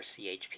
CHP